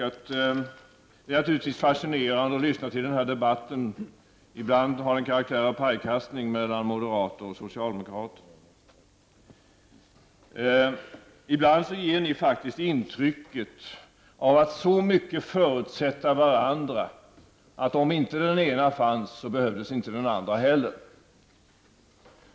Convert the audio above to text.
Det är naturligtvis fascinerande att lyssna till den här debatten, som ibland har karaktär av pajkastning mellan moderater och socialdemokrater. Ibland ger ni faktiskt intryck av att förutsätta varandra så mycket, att om inte den ena fanns, behövdes inte den andra heller.